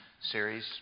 series